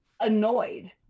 annoyed